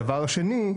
דבר שני,